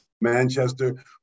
Manchester